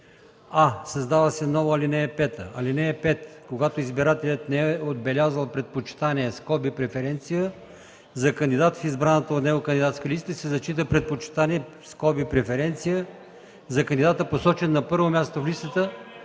а) създава се нова ал. 5: „(5) Когато избирателят не е отбелязал предпочитание (преференция) за кандидат в избраната от него кандидатска листа, се зачита предпочитание (преференция) за кандидата, посочен на първо място в листата,